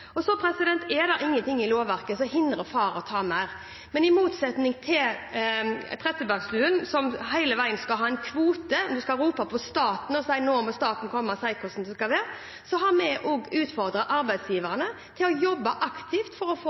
sine. Så er det ingen ting i lovverket som hindrer far i å ta mer, men i motsetning til representanten Trettebergstuen, som hele veien skal ha en kvote – hun roper på staten for at staten skal si hvordan det skal være – har vi utfordret arbeidsgiverne til å jobbe aktivt for å få